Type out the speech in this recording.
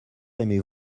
aimez